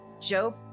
Joe